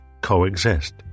coexist